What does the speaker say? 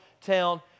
town